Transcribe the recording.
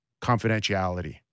confidentiality